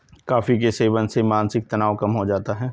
coffee के सेवन से मानसिक तनाव कम हो जाता है